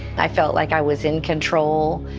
i felt like i was in control,